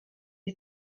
you